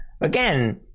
Again